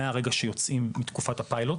מרגע שיוצאים מתקופת הפיילוט